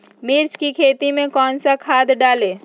मिर्च की खेती में कौन सा खाद डालें?